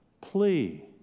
plea